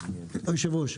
יושב הראש.